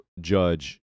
judge